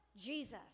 Jesus